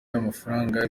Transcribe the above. amafaranga